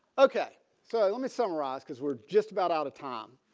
ok so let me summarize because we're just about out of time.